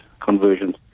conversions